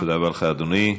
תודה רבה לך, אדוני.